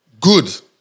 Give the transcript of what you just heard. good